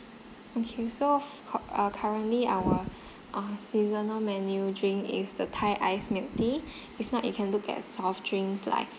okay so hot uh currently our uh seasonal menu drink is the thai iced milk tea if not you can look at soft drinks like